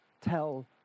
tell